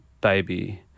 baby